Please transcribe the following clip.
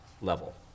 level